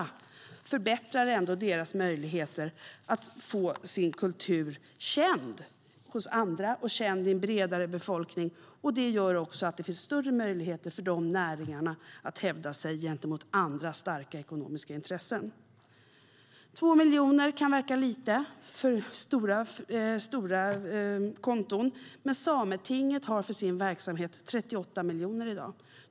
Det förbättrar ändå deras möjligheter att få sin kultur känd hos andra och känd i en bredare befolkning. Det gör också att det finns större möjligheter för de näringarna att hävda sig gentemot andra starka ekonomiska intressen.I stora konton kan 2 miljoner verka lite, men Sametinget har för sin verksamhet 38 miljoner i dag.